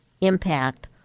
impact